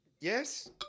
Yes